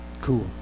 Cool